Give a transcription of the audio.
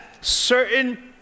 certain